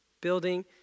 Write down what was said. building